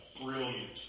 brilliant